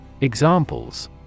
Examples